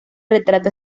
retrato